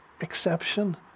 exception